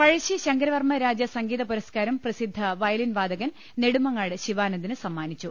പഴശ്ശി ശങ്കരവർമ്മ രാജ സംഗീത പൂരസ്ട്കാരം പ്രസിദ്ധ വയ ലിൻ വാദകൻ നെടുമങ്ങാട് ശിവാനന്ദന് സമ്മാനിച്ചു